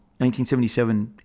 1977